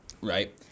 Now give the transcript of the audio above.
right